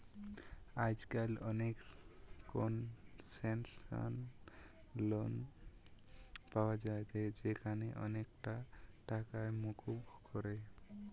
আজকাল অনেক concessional loan পায়া যায় যেখানে অনেকটা টাকাই মুকুব করে